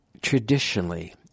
traditionally